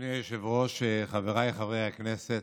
אדוני היושב-ראש, חבריי חברי הכנסת,